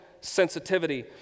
sensitivity